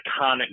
iconic